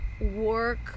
work